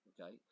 okay